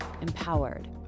empowered